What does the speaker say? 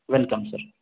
welcome sir